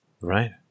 right